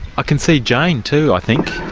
i can see jane too, i think,